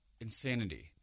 Insanity